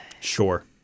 Sure